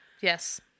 Yes